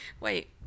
Wait